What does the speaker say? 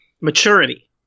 maturity